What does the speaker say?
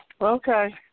Okay